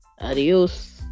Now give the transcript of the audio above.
Adios